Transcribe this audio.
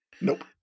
Nope